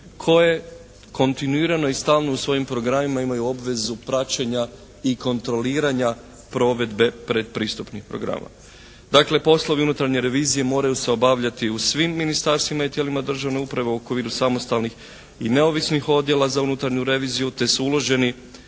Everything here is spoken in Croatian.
koje kontinuirano i stalno u svojim programima imaju obvezu praćenja i kontroliranja provedbe predpristupnih programa. Dakle, poslovi unutarnje revizije moraju se obavljati u svim ministarstvima i tijelima državne uprave u okviru samostalnih i neovisnih odjela za unutarnju reviziju te su uloženi